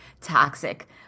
toxic